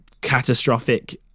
catastrophic